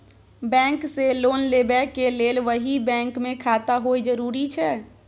Bank से loan लेबै के लेल वही बैंक मे खाता होय जरुरी छै?